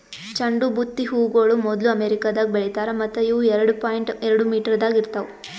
ಚಂಡು ಬುತ್ತಿ ಹೂಗೊಳ್ ಮೊದ್ಲು ಅಮೆರಿಕದಾಗ್ ಬೆಳಿತಾರ್ ಮತ್ತ ಇವು ಎರಡು ಪಾಯಿಂಟ್ ಎರಡು ಮೀಟರದಾಗ್ ಇರ್ತಾವ್